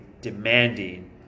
demanding